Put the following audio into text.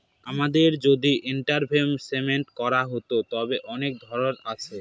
আমাদের যদি ইনভেস্টমেন্ট করার হতো, তবে অনেক ধরন আছে